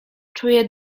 czuję